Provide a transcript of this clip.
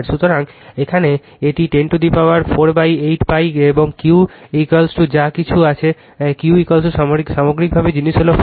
সুতরাং এখানে এটি 10 টু দা পাওয়ার 48 π এবং Qযা কিছু আছে Q সামগ্রিকভাবে জিনিস হল 40